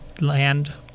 land